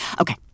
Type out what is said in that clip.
okay